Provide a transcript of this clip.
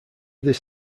this